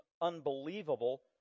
unbelievable